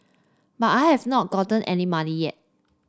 but I have not gotten any money yet